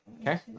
Okay